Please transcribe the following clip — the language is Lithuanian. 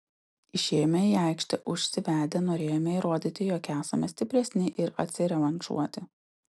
išėjome į aikštę užsivedę norėjome įrodyti jog esame stipresni ir atsirevanšuoti